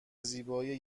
زیبایی